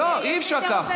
לא, למה?